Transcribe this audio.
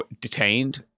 detained